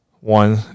one